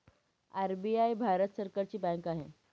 RBI Bharat सरकारची bank आहे